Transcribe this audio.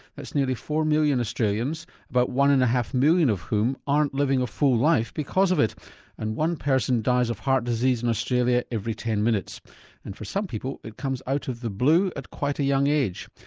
that's nearly four million australians, about one and a half million of whom aren't living a full life because of their and one person dies of heart disease in australia every ten minutes and for some people it comes out of the blue at quite a young age.